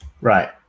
Right